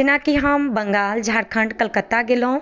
जेनाकि हम बङ्गाल झारखण्ड कलकत्ता गेलहुँ